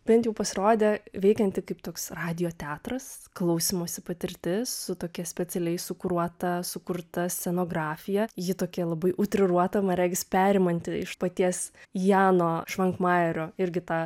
bent jau pasirodė veikianti kaip toks radijo teatras klausymosi patirtis su tokia specialiai sukuruota sukurta scenografija ji tokia labai utriruota man regis perimanti iš paties jano švankmajerio irgi tą